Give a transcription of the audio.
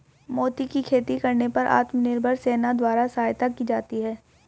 मोती की खेती करने पर आत्मनिर्भर सेना द्वारा सहायता की जाती है